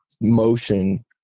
motion